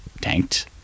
tanked